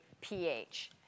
pH